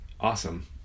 awesome